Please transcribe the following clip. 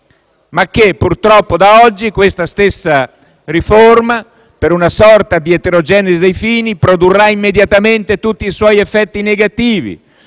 ma che purtroppo da oggi, per una sorta di eterogenesi dei fini, produrrà immediatamente tutti i suoi effetti negativi,